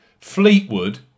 Fleetwood